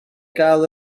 gael